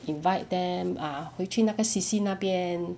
invite them ah 回去那个 C_C 那边